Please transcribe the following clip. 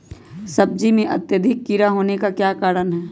सब्जी में अत्यधिक कीड़ा होने का क्या कारण हैं?